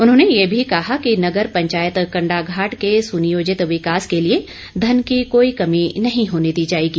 उन्होंने ये भी कहा कि नगर पंचायत कंडाघाट के सुनियोजित विकास के लिए धन की कोई कमी नहीं होने दी जाएगी